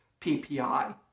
PPI